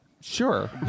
sure